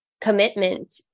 commitment